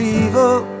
evil